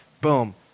Boom